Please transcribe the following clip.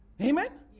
Amen